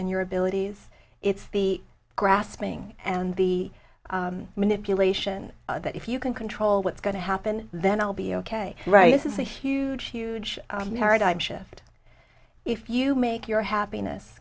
and your abilities it's the grasping and the manipulation that if you can control what's going to happen then i'll be ok right this is a huge huge paradigm shift if you make your happiness